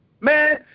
Man